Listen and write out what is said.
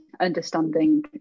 understanding